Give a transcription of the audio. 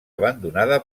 abandonada